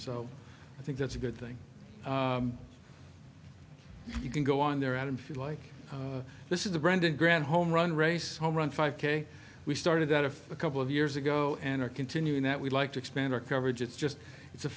so i think that's a good thing you can go on there i don't feel like this is the brendan grant home run race home run five k we started out of a couple of years ago and are continuing that we'd like to expand our coverage it's just it's a